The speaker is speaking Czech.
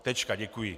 Tečka, děkuji.